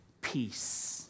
peace